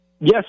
yes